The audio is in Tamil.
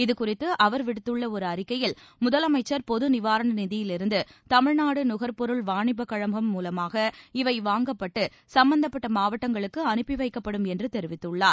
இதுகுறித்து அவர் விடுத்துள்ள ஒரு அறிக்கையில் முதலமைச்சர் பொதுநிவாரண நிதியிலிருந்து தமிழ்நாடு நுகர்ப்பொருள் வாணிப கழகம் மூலமாக இவை வாங்கப்பட்டு சம்பந்தப்பட்ட மாவட்டங்களுக்கு அனுப்பி வைக்கப்படும் என்று தெரிவித்துள்ளார்